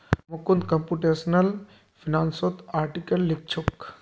Mukund computational फिनांसत article लिखछोक